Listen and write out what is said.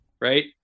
right